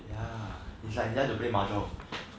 ya it's like he likes to play mahjong